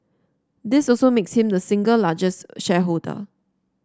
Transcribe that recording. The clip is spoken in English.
this also makes him the single largest shareholder